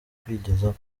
kwigezaho